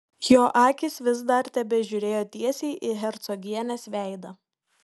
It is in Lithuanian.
jo akys vis dar tebežiūrėjo tiesiai į hercogienės veidą